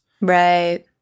Right